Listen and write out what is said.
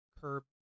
curb